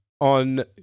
on